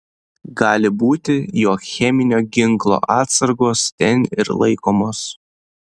gali būti jog cheminio ginklo atsargos ten ir laikomos